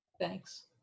Thanks